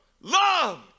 Loved